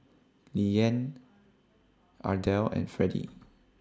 Lilyan Ardell and Fredy